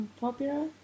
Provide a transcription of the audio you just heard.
popular